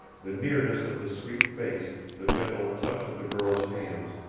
the nearness of the sweet face, the gentle touch of the girl's hands,